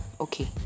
Okay